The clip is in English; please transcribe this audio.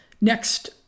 Next